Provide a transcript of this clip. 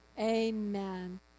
amen